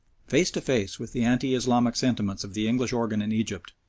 face to face with the anti-islamic sentiments of the english organ in egypt,